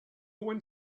one